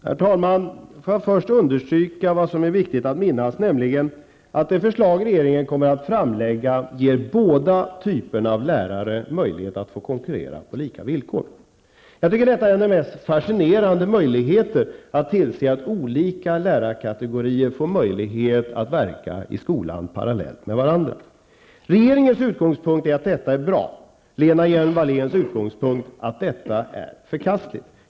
Herr talman! Låt mig först understryka vad som är viktigt att minnas, nämligen att det förslag regeringen kommer att framlägga ger båda typerna av lärare möjlighet att konkurrera på lika villkor. Jag tycker att detta är en av de mest fascinerande möjligheter att tillse att olika lärarkategorier får chans att verka i skolan parallellt med varandra. Regeringens utgångspunkt är att detta är bra. Lena Hjelm-Walléns utgångspunkt är att detta är förkastligt.